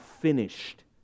finished